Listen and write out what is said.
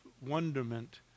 wonderment